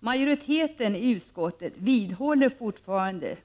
Majoriteten i utskottet vidhåller fortfarande